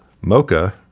Mocha